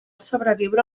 sobreviure